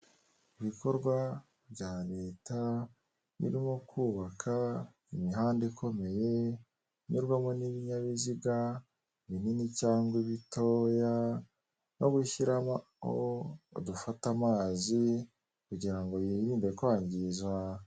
Ibikorwa bya leta birimo kubaka imihanda ikomeye inyurwamo n'ibinyabiziga binini cyangwa ibitoya no gushyiramo udufata amazi kugirango birinde kwangiza.